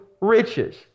riches